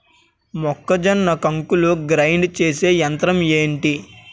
మొక్కజొన్న కంకులు గ్రైండ్ చేసే యంత్రం ఏంటి?